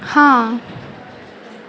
हाँ